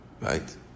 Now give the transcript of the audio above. Right